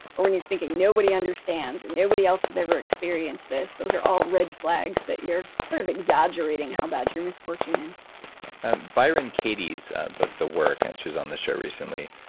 or when you're thinking, nobody understands or nobody else has ever experienced this. those are all red flags that you're sort of exaggerating how bad your misfortune is byron katie's book, the work, and she was on the show recently.